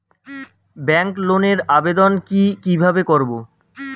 Bank লোনের আবেদন কি কিভাবে করব?